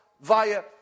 via